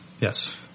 Yes